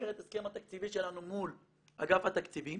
במסגרת ההסכם התקציבי שלנו מול אגף התקציבים